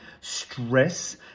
stress